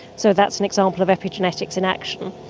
so that's an example of epigenetics in action.